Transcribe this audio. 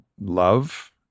love